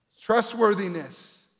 Trustworthiness